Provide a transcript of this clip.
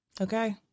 okay